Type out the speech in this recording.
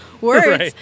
words